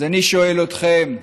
אז אני שואל אתכם,